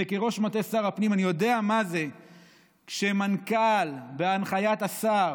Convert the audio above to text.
וכראש מטה שר הפנים אני יודע מה זה שמנכ"ל בהנחיית השר